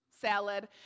salad